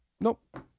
Nope